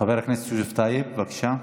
חבר הכנסת יוסף טייב, בבקשה.